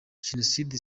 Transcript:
jenocide